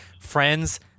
Friends